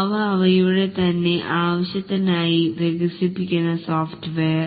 അവ അവയുടെ തന്നെ ആവശ്യത്തിനായി വികസിപ്പിക്കുന്ന സോഫ്റ്റ്വെയർ